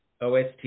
OST